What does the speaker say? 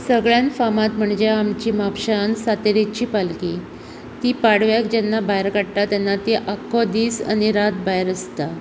सगळ्यान फामाद म्हणजे आमच्या म्हापशान सातेरीची पालकी ती पाडव्याक जेन्ना भायर काडटा तेन्ना ती आख्खो दीस आनी रात भायर आसता